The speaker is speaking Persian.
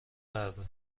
بردار